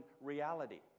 reality